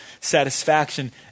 satisfaction